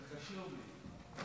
זה חשוב לי.